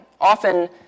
Often